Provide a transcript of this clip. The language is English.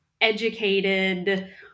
educated